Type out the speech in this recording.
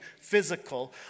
physical